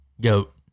Goat